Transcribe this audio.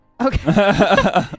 Okay